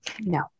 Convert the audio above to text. No